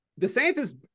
DeSantis